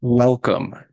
Welcome